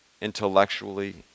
intellectually